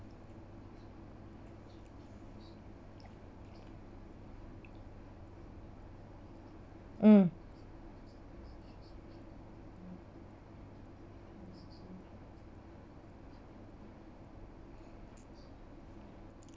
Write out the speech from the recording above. mm